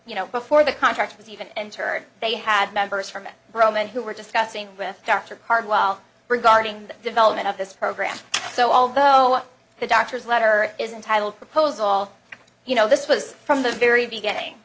you know before the contract was even entered they had members from roman who were discussing with dr cardwell regarding the development of this program so although the doctor's letter is entitled proposal you know this was from the very beginning